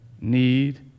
need